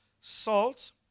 salt